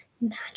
magic